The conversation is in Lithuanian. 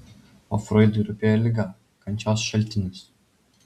o froidui rūpėjo liga kančios šaltinis